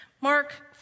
Mark